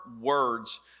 words